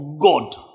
God